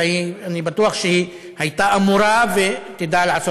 ואני בטוח שהיא הייתה אמורה ותדע לעשות